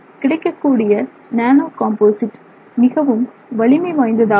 கிடைக்கக்கூடிய nano composite மிகவும் வலிமை வாய்ந்ததாக உள்ளது